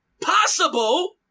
possible